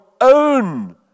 own